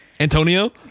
Antonio